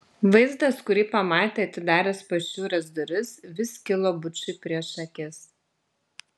vaizdas kurį pamatė atidaręs pašiūrės duris vis kilo bučui prieš akis